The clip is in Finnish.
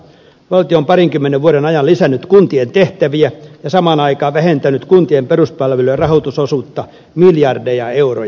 valtio on parinkymmenen vuoden ajan lisännyt kuntien tehtäviä ja samaan aikaan vähentänyt kuntien peruspalvelujen rahoitusosuutta miljardeja euroja